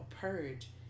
purge